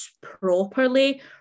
properly